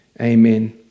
amen